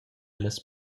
las